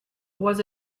was